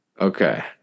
Okay